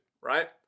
right